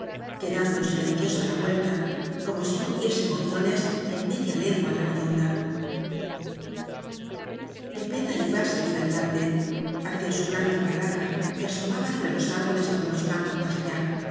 quedando silenciosa la huerta como si no hubiese gorriones en me dia legua á la redonda pepeta iba á seguir adelante hacia su blan ca barraca que asomaba entre los árboles al áñ gunos campos más allá